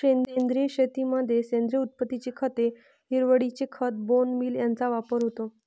सेंद्रिय शेतीमध्ये सेंद्रिय उत्पत्तीची खते, हिरवळीचे खत, बोन मील यांचा वापर होतो